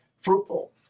fruitful